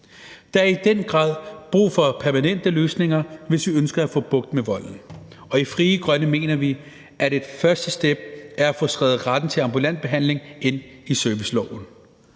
Der er i den grad brug for permanente løsninger, hvis vi ønsker at få bugt med volden, og i Frie Grønne mener vi, at et første step er at få skrevet retten til ambulant behandling ind i serviceloven.